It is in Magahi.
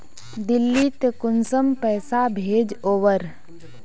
दिल्ली त कुंसम पैसा भेज ओवर?